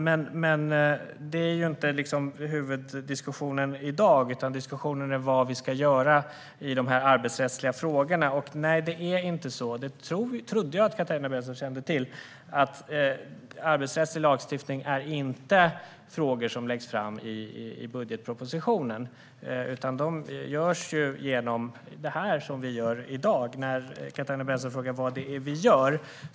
Men det är ju inte huvuddiskussionen i dag, utan diskussionen handlar om vad vi ska göra i de här arbetsrättsliga frågorna. Och jag trodde att Katarina Brännström kände till att arbetsrättslig lagstiftning inte läggs fram i budgetpropositionen, utan det är en fråga som behandlas genom det som vi gör i dag. Katarina Brännström frågar vad det är vi gör.